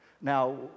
Now